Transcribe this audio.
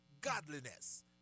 godliness